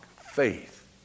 faith